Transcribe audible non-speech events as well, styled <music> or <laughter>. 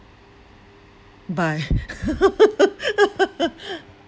buy <laughs>